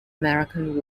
american